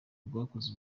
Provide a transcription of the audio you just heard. rwakoze